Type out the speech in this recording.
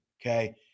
okay